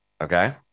Okay